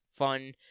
fun